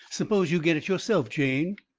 suppose you get it yourself, jane!